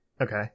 Okay